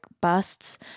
busts